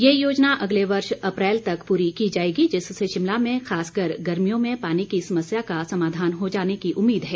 ये योजना अगले वर्ष अप्रैल तक पूरी की जाएगी जिससे शिमला में खास कर गर्मियों में पानी की समस्या का समाधान हो जाने की उम्मीद है